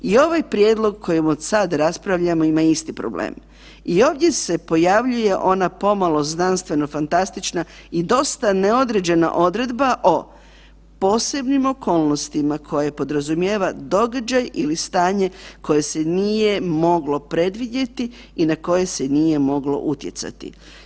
I ovaj prijedlog kojem od sad raspravljamo ima isti problem i ovdje se pojavljuje ona pomalo znanstveno-fantastična i dosta neodređena odredba o posebnim okolnostima koje podrazumijeva događaj ili stanje koje se nije moglo predvidjeti i na koje se nije moglo utjecati.